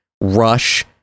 rush